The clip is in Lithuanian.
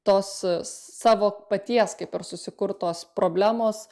tos savo paties kaip ir susikurtos problemos